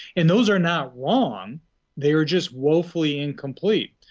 and those are not wrong they're just woefully incomplete.